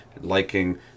liking